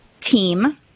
team